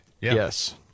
Yes